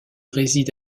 réside